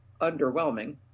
underwhelming